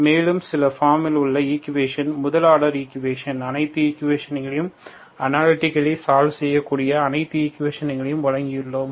மேலும் சில பார்மில் உள்ள ஈக்குவேஷன் முதல் ஆர்டர் ஈக்குவேஷன் அனைத்து ஈக்குவேஷன்களும் அனலிடிகலி சால்வ் செய்யக்கூடிய அனைத்து ஈக்குவேஷன்களையும் வழங்கியுள்ளோம்